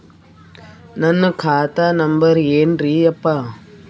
ನನ್ನ ಖಾತಾ ನಂಬರ್ ಏನ್ರೀ ಯಪ್ಪಾ?